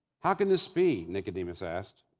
how can this be nicodemus asked.